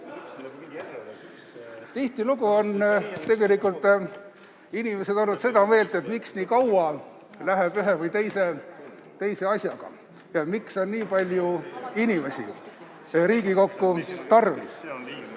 sama. Tihtilugu on tegelikult inimesed olnud seda meelt, et miks nii kaua läheb ühe või teise asjaga ja miks on nii palju inimesi Riigikokku tarvis.